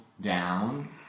down